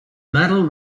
medal